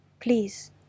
Please